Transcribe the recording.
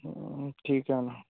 ठीक आहे नं